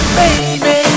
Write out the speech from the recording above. baby